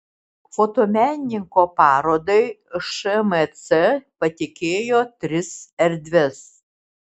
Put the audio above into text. fotomenininko parodai šmc patikėjo tris erdves